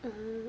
mm